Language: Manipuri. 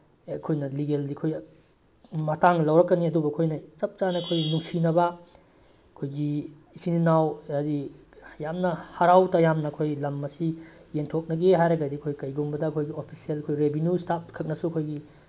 ꯑꯩꯈꯣꯏꯅ ꯂꯤꯒꯦꯜꯗꯤ ꯑꯩꯈꯣꯏ ꯃꯇꯥꯡ ꯂꯧꯔꯛꯀꯅꯤ ꯑꯗꯨꯕꯨ ꯑꯩꯈꯣꯏꯅ ꯆꯞ ꯆꯥꯅ ꯑꯩꯈꯣꯏ ꯅꯨꯡꯁꯤꯅꯕ ꯑꯩꯈꯣꯏꯒꯤ ꯏꯆꯤꯟ ꯏꯅꯥꯎ ꯍꯥꯏꯗꯤ ꯌꯥꯝꯅ ꯍꯔꯥꯎ ꯇꯌꯥꯝꯅ ꯑꯩꯈꯣꯏ ꯂꯝ ꯑꯁꯤ ꯌꯦꯟꯊꯣꯛꯅꯒꯦ ꯍꯥꯏꯔꯒꯗꯤ ꯑꯩꯈꯣꯏ ꯀꯔꯤꯒꯨꯝꯕꯗ ꯑꯩꯈꯣꯏꯒꯤ ꯑꯣꯐꯤꯁꯤꯌꯦꯜ ꯑꯩꯈꯣꯏ ꯔꯦꯚꯤꯅ꯭ꯌꯨ ꯏꯁꯇꯥꯞꯈꯛꯅꯁꯨ ꯑꯩꯈꯣꯏꯒꯤ